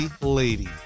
lady